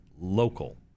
local